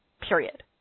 period